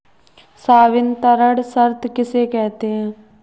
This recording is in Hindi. संवितरण शर्त किसे कहते हैं?